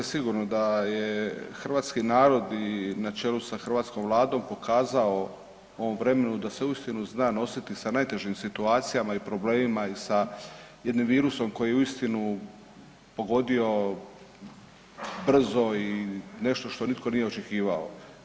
Sigurno da je hrvatski narod na čelu sa hrvatskom vladom pokazao u ovom vremenu da se uistinu zna nositi sa najtežim situacijama i problemima i sa jednim virusom koji je uistinu pogodio brzo i nešto što nitko nije očekivao.